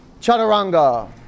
chaturanga